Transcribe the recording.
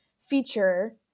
feature